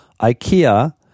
IKEA